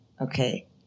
okay